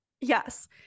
Yes